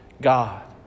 God